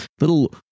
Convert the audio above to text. little